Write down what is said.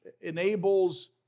enables